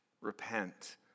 Repent